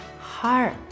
heart